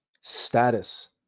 status